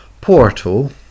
portal